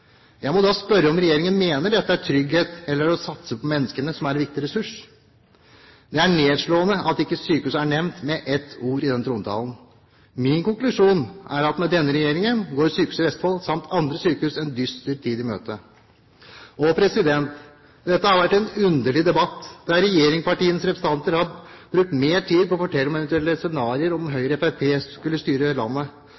Jeg må spørre om regjeringen mener dette er trygghet eller å satse på menneskene, som er en viktig ressurs. Det er nedslående at sykehus ikke er nevnt med et ord i denne trontalen. Min konklusjon er at med denne regjeringen går Sykehuset i Vestfold samt andre sykehus en dyster tid i møte. Dette har vært en underlig debatt, der regjeringspartienes representanter har brukt mer tid på å fortelle om eventuelle scenarioer dersom Høyre og Fremskrittspartiet skulle styre landet, og om